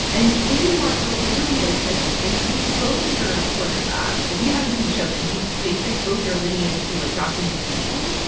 and in marco rubio's segment they do both your sort of um if you haven't seen the show, they do they trace both your lineage through, like, documentation,